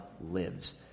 lives